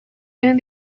and